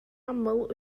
aml